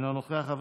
אינו נוכח.